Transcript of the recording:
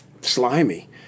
slimy